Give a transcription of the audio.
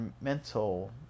mental